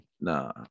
Nah